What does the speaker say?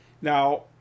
Now